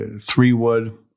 three-wood